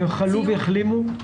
הן חלו והחלימו?